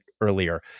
earlier